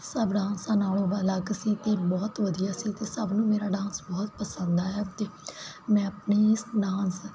ਸਭ ਡਾਂਸ ਨਾਲੋਂ ਅਲੱਗ ਸੀ ਤੇ ਬਹੁਤ ਵਧੀਆ ਸੀ ਤੇ ਸਭ ਨੂੰ ਮੇਰਾ ਡਾਂਸ ਬਹੁਤ ਪਸੰਦ ਆਇਆ ਤੇ ਮੈ ਆਪਣੇ ਇਸ ਡਾਂਸ